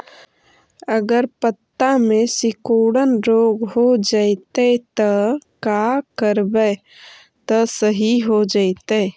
अगर पत्ता में सिकुड़न रोग हो जैतै त का करबै त सहि हो जैतै?